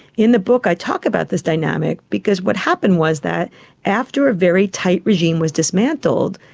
in the book i talk about this dynamic because what happened was that after a very tight regime was dismantled,